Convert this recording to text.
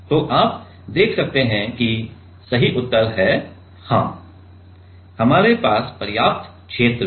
तो आप देख सकते हैं कि सही उत्तर है हां हमारे पास पर्याप्त क्षेत्र है